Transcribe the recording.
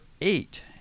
eight